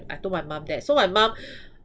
I told my mum that so my mum